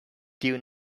due